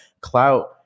clout